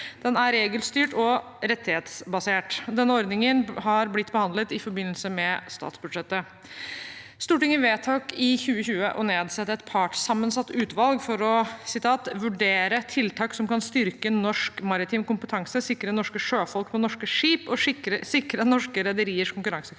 Den er regelstyrt og rettighetsbasert. Denne ordningen har blitt behandlet i forbindelse med statsbudsjettet. Stortinget vedtok i 2020 å nedsette et partssammensatt utvalg for å «vurdere tiltak som kan styrke norsk maritim kompetanse, sikre norske sjøfolk på norske skip og sikre norske rederiers konkurransekraft».